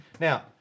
Now